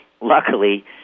luckily